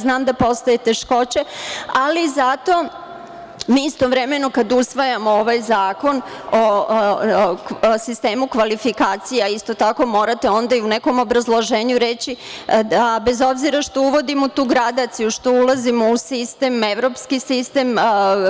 Znam da postoje teškoće, ali zato, mi istovremeno kada usvajamo ovaj zakon, o sistemu kvalifikacija, isto tako morate onda i u nekom obrazloženju reći da bez obzira što uvodimo tu gradaciju, što ulazimo u evropski sistem